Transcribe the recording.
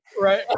Right